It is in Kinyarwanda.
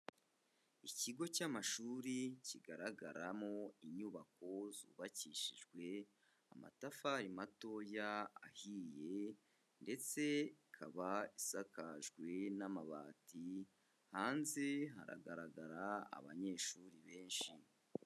Ikigo cy'amashuri kigaragaramo inyubako zubakishijwe amatafari matoya ahiye ndetse ikaba isakajwe n'amabati, hanze haragaragara abanyeshuri benshi.